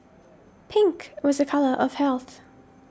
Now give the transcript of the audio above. pink was a colour of health